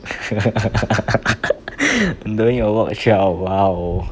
doing your work trial !wow!